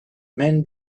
men